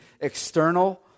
external